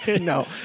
No